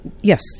Yes